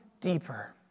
deeper